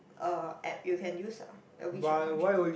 um app you can use ah the WeChat function